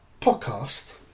podcast